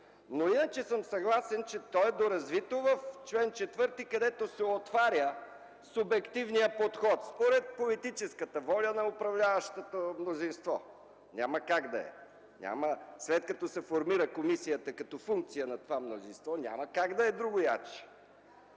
Иначе съм съгласен, че то е доразвито в чл. 4, където се отваря субективният подход, според политическата воля на управляващото мнозинство. Няма как да е, няма, след като се формира комисията като функция на това мнозинство, няма как да е другояче.